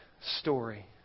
story